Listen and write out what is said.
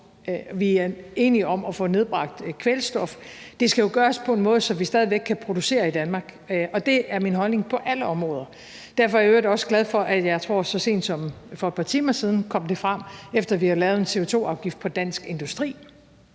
Vi er enige om at få nedbragt kvælstof. Det skal jo gøres på en måde, så vi stadig væk kan producere i Danmark, og det er min holdning på alle områder. Derfor er jeg i øvrigt også glad for – jeg tror, at det kom frem så sent som for et par timer siden, altså efter at vi havde lavet en CO2-afgift på dansk industri–